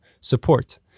support